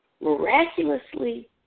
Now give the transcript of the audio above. miraculously